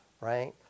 right